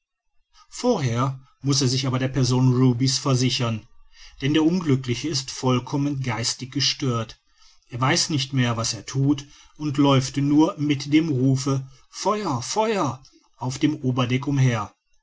vorher muß er sich aber der person ruby's versichern denn der unglückliche ist vollkommen geistig gestört er weiß nicht mehr was er thut und läuft nur mit dem rufe feuer feuer auf dem oberdeck umher